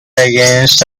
against